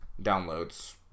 Downloads